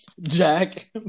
Jack